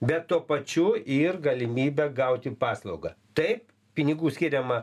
bet tuo pačiu ir galimybę gauti paslaugą taip pinigų skiriama